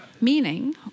Meaning